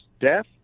death